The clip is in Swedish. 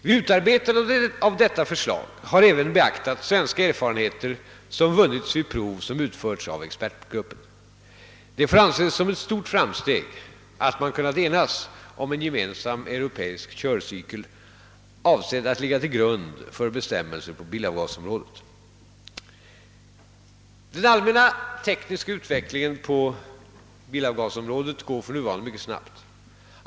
Vid utarbetandet av detta förslag har även beaktats svenska erfarenheter som vunnits vid prov som utförts av expertgruppen. Det får anses som ett stort framsteg att man kunnat enas om en gemensam europeisk körcykel, avsedd att ligga till grund för bestämmelser på bilavgascmrådet. Den allmänna tekniska utvecklingen på bilavgasområdet går för närvarande mycket snabbt.